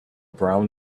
brown